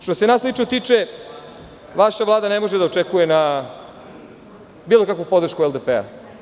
Što se nas lično tiče, vaša Vlada ne može da očekuje bilo kakvu podršku LDP.